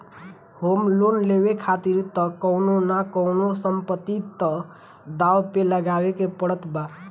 home loan लेवे खातिर तअ कवनो न कवनो संपत्ति तअ दाव पे लगावे के पड़त बा